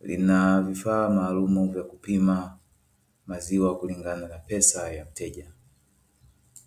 lina vifaa maalumu vya kupima maziwa kulingana na pesa ya mteja.